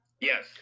Yes